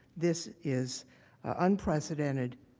this is unprecedented,